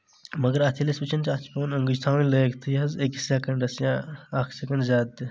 مگر اتھ ییٚلہِ أسۍ وٕچھان چھِ اتھ چھِ پٮ۪وان أنٛگٕچ تھاوٕنۍ لٲگۍ تھٕے حظ أکِس سیکنڈس یا اکھ سیکنڈ زیادٕ تہِ